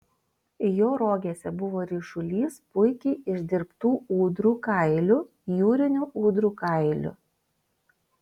jo rogėse buvo ryšulys puikiai išdirbtų ūdrų kailių jūrinių ūdrų kailių